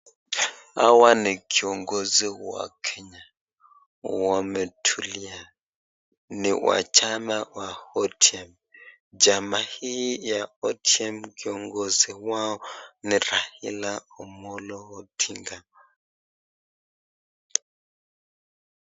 Hawa ni kiongozi wa Kenya wametulia ,ni wachama wa ODM, chama hii ya ODM kiongozi wao ni Raila Amolo Odinga.